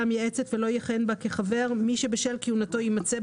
המייעצת ולא יכהן בה כחבר מי שבשל כוהנתו יימצא,